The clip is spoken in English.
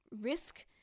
risk